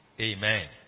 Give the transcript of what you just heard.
Amen